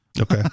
okay